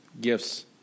gifts